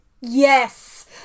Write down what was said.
Yes